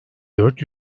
dört